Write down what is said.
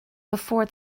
before